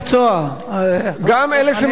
אדוני היושב-ראש,